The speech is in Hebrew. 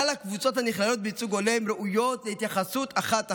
כל הקבוצות הנכללות בייצוג הולם ראויות להתייחסות אחת,